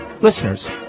Listeners